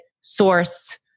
source